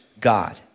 God